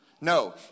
No